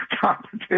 competition